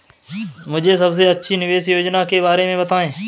मुझे सबसे अच्छी निवेश योजना के बारे में बताएँ?